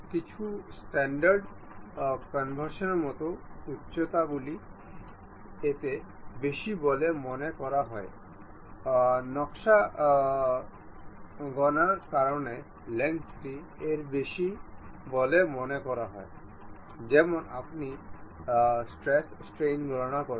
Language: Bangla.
সুতরাং এই লিমিটগুলি উন্নত মেটদের মধ্যে এই অঙ্গুলার লিমিট দ্বারা সেট আপ করা হয়